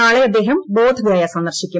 നാളെ അദ്ദേഹം ബോധ് ഗയ സന്ദർശിക്കും